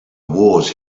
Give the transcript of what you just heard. wars